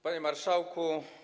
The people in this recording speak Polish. Panie Marszałku!